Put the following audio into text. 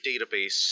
database